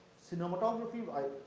cinematography, well,